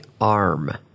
ARM